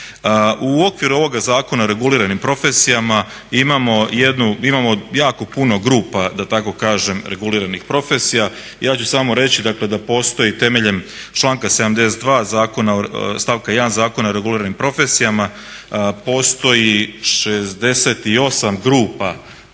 U okviru ovoga Zakona o reguliranim profesijama imamo jednu, imamo jako puno grupa da tako kažem reguliranih profesija. Ja ću samo reći, dakle da postoji temeljem članka 72. zakona o, stavka 1. Zakona o reguliranim profesijama postoji